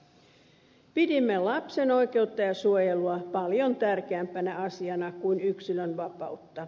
pidimme lapsen oikeutta ja suojelua paljon tärkeämpänä asiana kuin yksilönvapautta